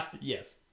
Yes